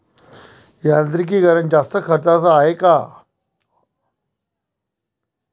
यांत्रिकीकरण जास्त खर्चाचं हाये का?